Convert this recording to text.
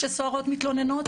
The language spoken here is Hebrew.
כשסוהרות מתלוננות?